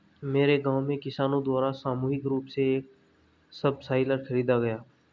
मेरे गांव में किसानो द्वारा सामूहिक रूप से एक सबसॉइलर खरीदा गया